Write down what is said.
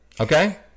Okay